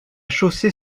chaussée